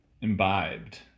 imbibed